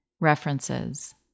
References